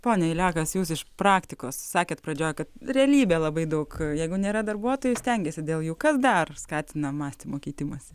ponia elekas jūs iš praktikos sakėt pradžioj kad realybė labai daug jeigu nėra darbuotojai stengiasi dėl jų kas dar skatina mąstymo keitimąsi